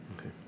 Okay